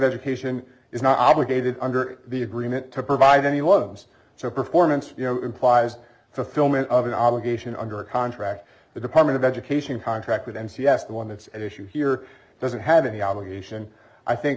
education is not obligated under the agreement to provide any loans so performance you know implies fulfillment of an obligation under a contract the department of education contract with m c s the one that's at issue here doesn't have any obligation i think